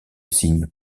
signes